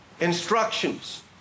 instructions